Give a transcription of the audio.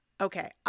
Okay